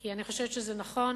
כי אני חושבת שזה נכון,